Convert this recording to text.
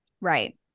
Right